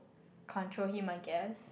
control him I guess